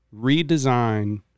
redesign